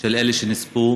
של אלה שנספו,